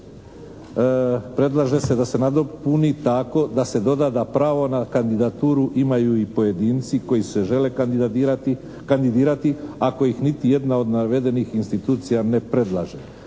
predlaže se da se nadopuni tako da se doda da pravo na kandidaturu imaju i pojedinci koji se žele kandidirati ako ih niti jedna od navedenih institucija ne predlaže.